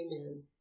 Amen